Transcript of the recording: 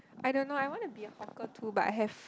I don't know I want to be a hawker too but I have